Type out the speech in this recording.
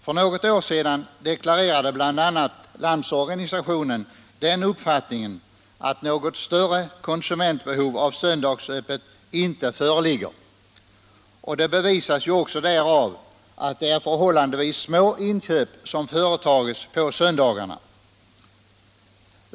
För något år sedan deklarerade bl.a. LO den uppfattningen att något större konsumentbehov av söndagsöppet inte föreligger, och det bevisas också därav att det är förhållandevis små inköp som görs på söndagarna.